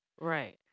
Right